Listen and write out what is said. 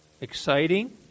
exciting